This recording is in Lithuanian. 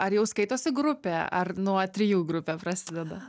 ar jau skaitosi grupė ar nuo trijų grupė prasideda